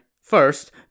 First